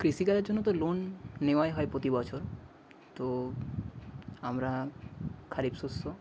কৃষি কাজের জন্য তো লোন নেওয়াই হয় প্রতিবছর তো আমরা খরিফ শস্য